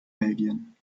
belgien